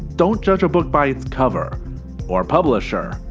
don't judge a book by its cover or publisher.